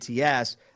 ATS